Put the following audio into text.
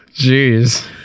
jeez